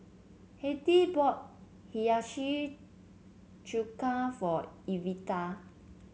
Hattie bought Hiyashi Chuka for Evita